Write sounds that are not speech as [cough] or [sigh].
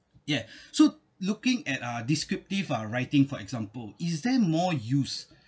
ya [breath] so looking at uh descriptive uh writing for example is there more use